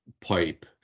pipe